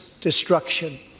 destruction